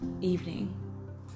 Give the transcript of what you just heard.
evening